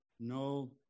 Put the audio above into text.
No